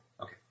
Okay